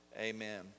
amen